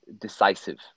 decisive